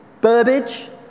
Burbage